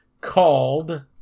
called